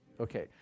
Okay